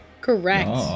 Correct